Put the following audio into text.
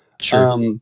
Sure